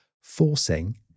forcing